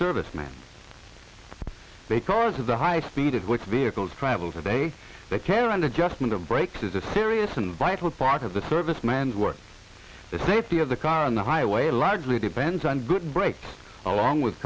serviceman because of the high speed at which vehicles travel today that care and adjustment of brakes is a serious and vital part of the serviceman's work the safety of the car on the highway largely depends on good brakes along with